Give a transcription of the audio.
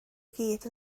gyd